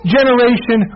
generation